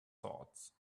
thoughts